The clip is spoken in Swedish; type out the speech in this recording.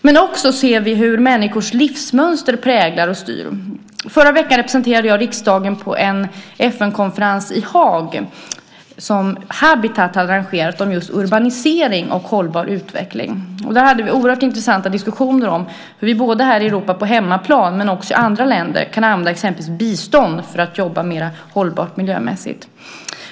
Men vi ser också hur människors livsmönster präglar och styr. Förra veckan representerade jag riksdagen på en FN-konferens i Haag, som Habitat hade arrangerat, om just urbanisering och hållbar utveckling. Där hade vi oerhört intressanta diskussioner om hur vi här i Europa, på hemmaplan, men också i andra länder kan använda exempelvis bistånd för att jobba mera miljömässigt hållbart.